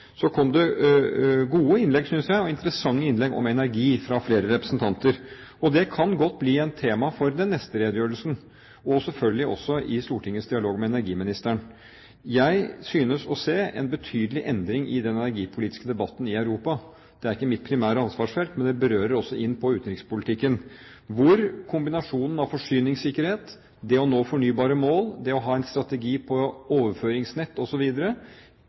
Så synes jeg det kom gode og interessante innlegg om energi fra flere representanter. Dette kan godt bli et tema for den neste redegjørelsen, og selvfølgelig også i Stortingets dialog med energiministeren. Jeg synes å se en betydelig endring i den energipolitiske debatten i Europa. Det er ikke mitt primære ansvarsfelt, men det berører også utenrikspolitikken, hvor kombinasjonen av forsyningssikkerhet, det å nå fornybare mål, det å ha en strategi for overføringsnett